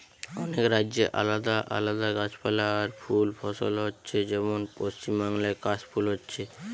অনেক রাজ্যে আলাদা আলাদা গাছপালা আর ফুল ফসল হচ্ছে যেমন পশ্চিমবাংলায় কাশ ফুল হচ্ছে